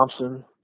Thompson